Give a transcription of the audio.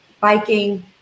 biking